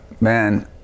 Man